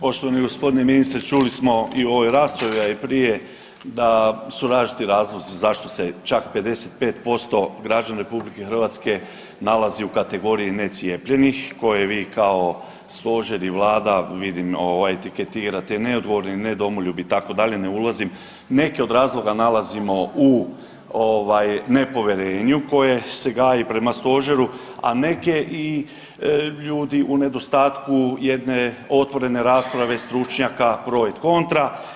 Poštovani g. ministre, čuli smo i u ovoj raspravi, a i prije da su različiti razlozi zašto se čak 55% građana RH nalazi u kategoriji ne cijepljenih koje vi kao stožer i vlada vidim etiketirate neodgovorni, ne domoljub itd., ne ulazim, neke od razloga nalazimo u ovaj nepovjerenju koje se gaji prema stožeru, a neki ljudi u nedostatku jedne otvorene rasprave stručnjaka broj kontra.